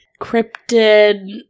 cryptid